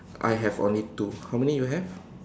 I have only two how many you have